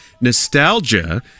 nostalgia